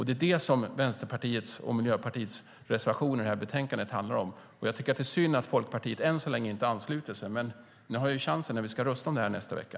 Det är det som Vänsterpartiets och Miljöpartiets reservationer i betänkandet handlar om. Jag tycker att det är synd att Folkpartiet än så länge inte ansluter sig till oss, men ni har chansen när vi ska rösta om detta nästa vecka.